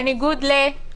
בניגוד ל-?